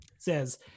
says